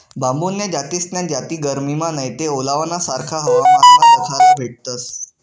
बांबून्या जास्तीन्या जाती गरमीमा नैते ओलावाना सारखा हवामानमा दखाले भेटतस